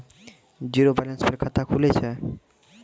Zero balance पर खाता खुले छै?